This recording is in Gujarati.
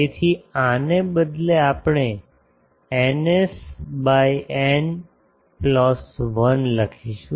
તેથી આને બદલે આપણે ηs by n plus 1 લખીશું